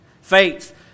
Faith